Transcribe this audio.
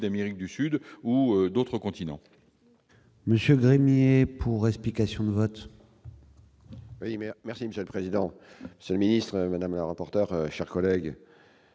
d'Amérique du Sud ou d'autres continents.